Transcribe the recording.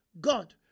God